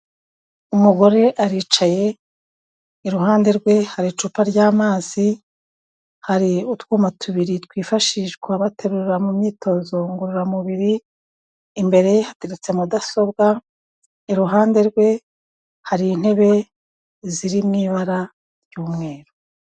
Umugore aricaye, iruhande rwe hari icupa ry'amazi, hari utwuma tubiri twifashishwa baterura mu myitozo ngororamubiri, imbere ye hateretse mudasobwa, iruhande rwe hari intebe ziri mu ibara ry'umweru.